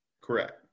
Correct